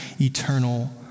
eternal